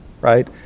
right